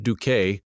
Duque